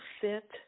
sit